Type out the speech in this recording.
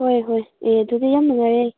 ꯍꯣꯏ ꯍꯣꯏ ꯑꯦ ꯑꯗꯨꯗꯤ ꯌꯥꯝ ꯅꯨꯡꯉꯥꯏꯔꯦ